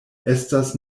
estas